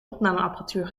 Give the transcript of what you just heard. opnameapparatuur